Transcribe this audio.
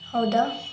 ಹೌದಾ